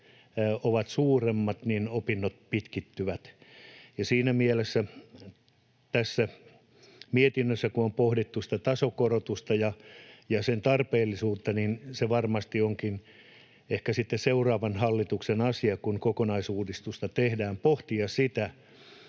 ovat suuremmat, opinnot pitkittyvät. Siinä mielessä tässä mietinnössä kun on pohdittu sitä tasokorotusta ja sen tarpeellisuutta, niin se varmasti onkin ehkä sitten seuraavan hallituksen asia, kun kokonaisuudistusta tehdään, pohtia sitä,